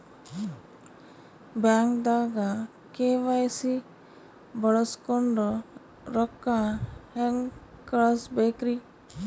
ಬ್ಯಾಂಕ್ದಾಗ ಕೆ.ವೈ.ಸಿ ಬಳಸ್ಕೊಂಡ್ ರೊಕ್ಕ ಹೆಂಗ್ ಕಳಸ್ ಬೇಕ್ರಿ?